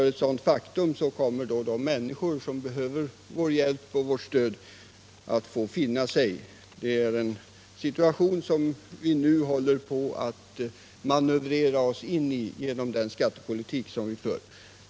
Med ett sådant besked får då de människor som behöver vår hjälp och vårt stöd låta nöja sig. Vi håller nu på att manövrera oss in i en sådan situation genom den skattepolitik som förs.